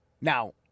Now